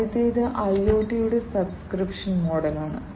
ആദ്യത്തേത് IoT യുടെ subscription മോഡലാണ്